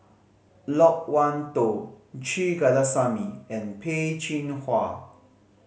Loke Wan Tho Kandasamy and Peh Chin Hua